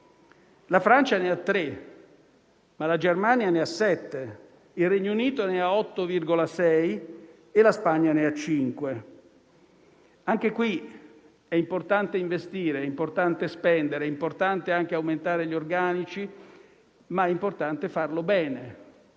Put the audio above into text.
la Francia ne ha 3; eppure la Germania ne ha 7, il Regno Unito ne ha 8,6 e la Spagna ne ha 5. Anche qui è importante investire, è importante spendere ed è importante anche aumentare gli organici, ma è importante farlo bene.